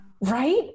Right